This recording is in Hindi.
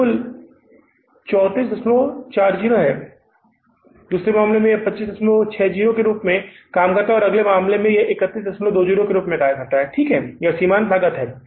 फिर दूसरे मामले में यह 2560 के रूप में काम करता है और अगले मामले में यह 3120 के रूप में काम करता है ठीक है यह सीमांत लागत है